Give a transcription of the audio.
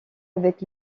avec